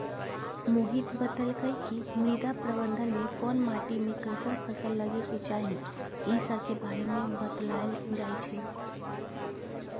मोहित बतलकई कि मृदा प्रबंधन में कोन माटी में कईसन फसल लगे के चाहि ई स के बारे में बतलाएल जाई छई